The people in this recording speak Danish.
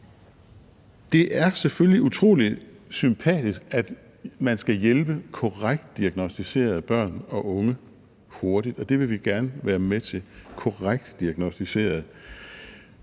Det er selvfølgelig utrolig sympatisk, at man skal hjælpe korrekt diagnosticerede børn og unge hurtigt, og det vil vi gerne være med til